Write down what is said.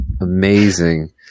amazing